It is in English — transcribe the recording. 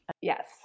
yes